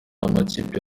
amakipe